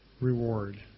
reward